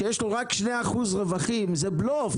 שיש לו רק 2% רווחים, זה בלוף.